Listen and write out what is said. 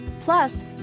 Plus